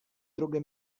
drogę